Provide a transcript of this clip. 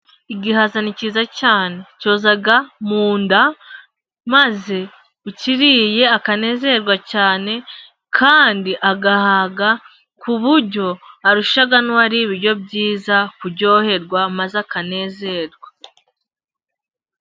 Igihaza ni cyiza cyane cyoza mu nda, maze ukiriye akanezerwa cyane kandi agahaga, ku buryo arusha n'uwariye ibiryo byiza kuryoherwa maze akanezerwa.